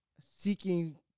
seeking